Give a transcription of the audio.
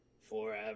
forever